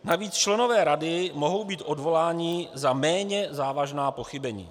Navíc členové rady mohou být odvoláni za méně závažná pochybení.